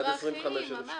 עד 25,000 שקלים.